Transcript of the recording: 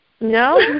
No